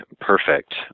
perfect